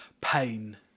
pain